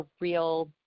real